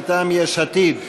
מטעם יש עתיד: